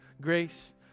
grace